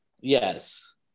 Yes